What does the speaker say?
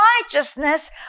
righteousness